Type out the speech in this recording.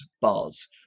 bars